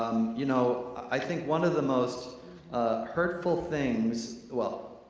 you know i think one of the most ah hurtful things, well,